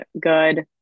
good